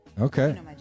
Okay